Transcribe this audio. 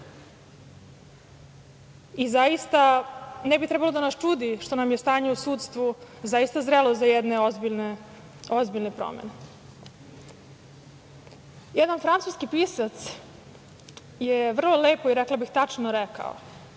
i zaista ne bi trebalo da nas čudi što nam je stanje u sudstvu zaista zrelo za jedne ozbiljne promene. Jedan francuski pisac je vrlo lepo, rekla bih, tačno rekao